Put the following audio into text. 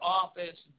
office